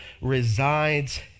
resides